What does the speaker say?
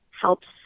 helps